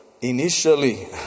initially